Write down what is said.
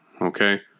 Okay